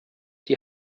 die